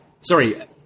sorry